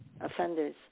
Offenders